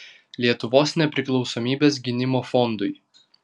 lietuvos nepriklausomybės gynimo fondui